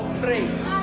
praise